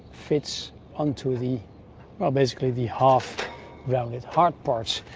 fits onto the basically the half rounded heart parts.